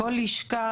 לכל לשכה,